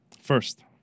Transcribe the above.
First